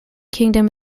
kingdom